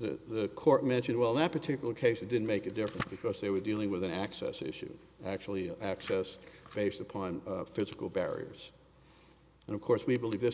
the court mentioned well that particular case it didn't make a difference because they were dealing with an access issue actually access based upon physical barriers and of course we believe this